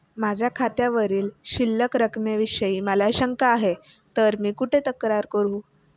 माझ्या खात्यावरील शिल्लक रकमेविषयी मला शंका आहे तर मी कुठे तक्रार करू?